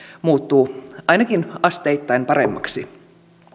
muuttuu ainakin asteittain paremmaksi